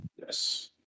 Yes